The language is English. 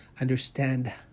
understand